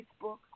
Facebook